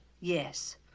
Yes